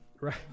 Right